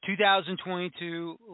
2022